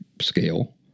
scale